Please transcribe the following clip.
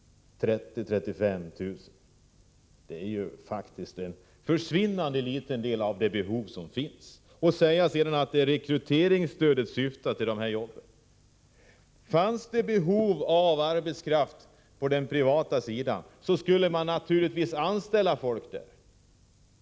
Detta antal är ju en försvinnande liten del av det behov som finns. Man säger att rekryteringsstödet syftar till dessa jobb. Fanns det behov av arbetskraft på den privata sidan, skulle man naturligtvis anställa folk där.